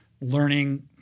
learning